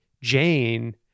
Jane